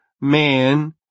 man